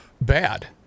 bad